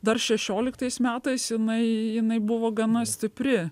dar šešioliktais metais jinai jinai buvo gana stipri